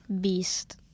Beast